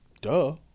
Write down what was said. duh